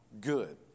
good